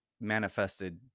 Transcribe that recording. manifested